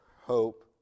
hope